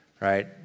right